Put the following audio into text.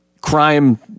crime